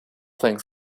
things